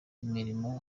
imirimo